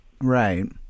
Right